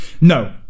No